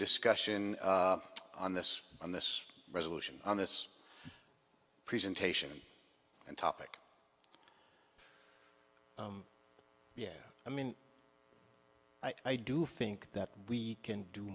discussion on this on this resolution on this presentation and topic yeah i mean i do fink that we can do